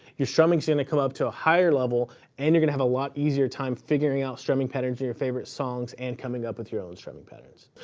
your strumming's gonna come up to a higher level and you're gonna have a lot easier time figuring out strumming patterns in your favorite songs, and coming up with your own strumming patterns.